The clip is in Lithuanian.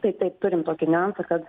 tai taip turim tokį niuansą kad